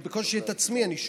בקושי את עצמי אני שומע.